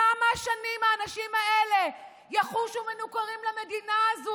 כמה שנים האנשים האלה יחושו מנוכרים למדינה הזו